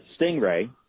stingray